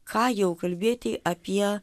ką jau kalbėti apie